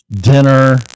dinner